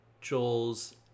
joel's